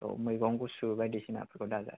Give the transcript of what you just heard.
औ मैगं गुसु बायदिसिनाखौ दाजाथ' आरो